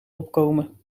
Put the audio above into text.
opkomen